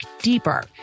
deeper